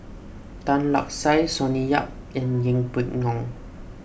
Tan Lark Sye Sonny Yap and Yeng Pway Ngon